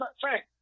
Frank